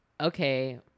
okay